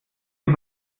sie